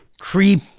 creep